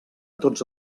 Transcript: tots